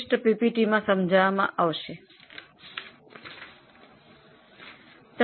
આ પીપીટીમાં ચર્ચા કરીશું